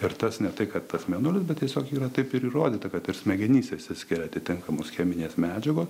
ir tas ne tai kad tas mėnulis bet tiesiog yra taip ir įrodyta kad ir smegenyse išsiskiria atitinkamos cheminės medžiagos